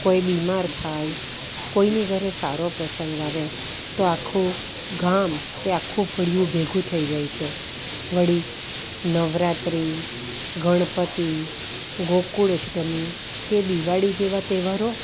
કોઈ બીમાર થાય કોઇની ઘરે સારો પ્રસંગ આવે તો આખું ગામ કે આખું ફળિયું ભેગું થઈ જાય છે વળી નવરાત્રી ગણપતિ ગોકુળ અષ્ટમી કે દિવાળી જેવા તહેવારો